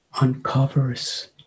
uncovers